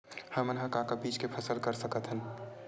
हमन ह का का बीज के फसल कर सकत हन?